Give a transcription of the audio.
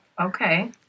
Okay